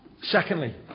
secondly